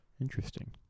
Interesting